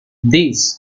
this